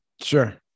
Sure